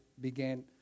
began